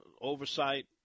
oversight